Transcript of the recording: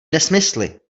nesmysly